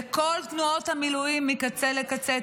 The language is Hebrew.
לכל תנועות המילואים מקצה לקצה,